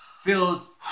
feels